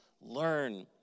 learn